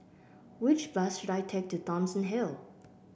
which bus should I take to Thomson Hill